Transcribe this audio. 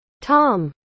Tom